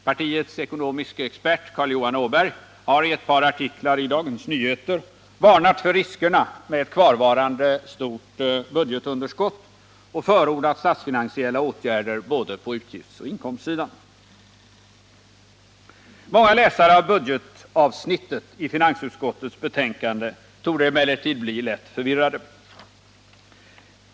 Partiets ekonomiske expert Carl-Johan Åberg har i ett par artiklar i Dagens Nyheter varnat för riskerna med ett kvarvarande stort budgetunderskott och förordat statsfinansiella åtgärder på både utgiftsoch inkomstsidan. Många läsare av budgetavsnittet i finansutskottets betänkande torde emellertid bli något förvirrade.